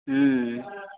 हुँ